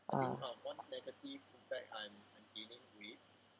uh